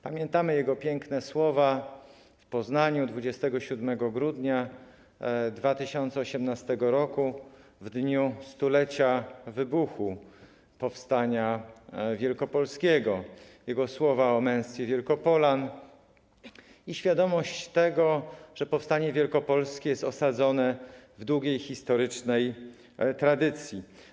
Pamiętamy jego piękne słowa w Poznaniu 27 grudnia 2018 r. w dniu stulecia wybuchu powstania wielkopolskiego, jego słowa o męstwie Wielkopolan, a także świadomość tego, że powstanie wielkopolskie jest osadzone w długiej, historycznej tradycji.